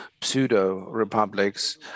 pseudo-republics